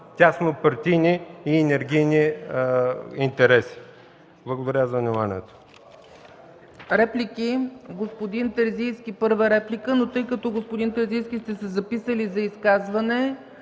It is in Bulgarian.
тяснопартийни и енергийни интереси. Благодаря за вниманието.